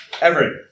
Everett